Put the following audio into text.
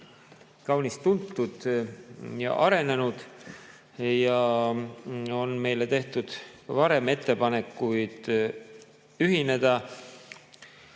kaunis tuntud ja arenenud. Meile on tehtud ka varem ettepanekuid ühineda.